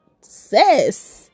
Sis